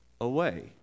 away